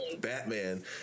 Batman